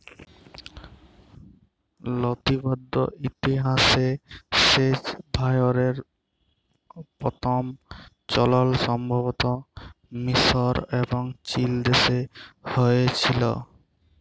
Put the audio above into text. লতিবদ্ধ ইতিহাসে সেঁচ ভাঁয়রের পথম চলল সম্ভবত মিসর এবং চিলদেশে হঁয়েছিল